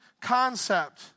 concept